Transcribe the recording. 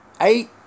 eight